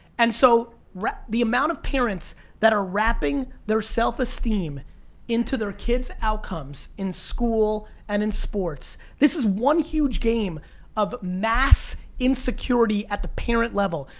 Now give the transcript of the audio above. and so the amount of parents that are wrapping their self-esteem into their kids' outcomes in school and in sports, this is one huge game of mass insecurity at the parent level.